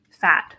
fat